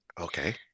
Okay